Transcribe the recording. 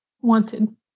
wanted